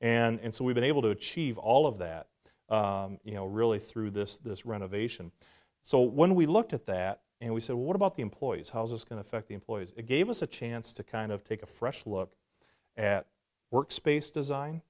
and so we've been able to achieve all of that you know really through this this renovation so when we looked at that and we said what about the employees houses can affect the employees it gave us a chance to kind of take a fresh look at workspace design